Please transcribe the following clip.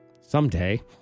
Someday